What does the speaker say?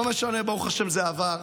לא משנה, ברוך השם, זה עבר.